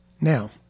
Now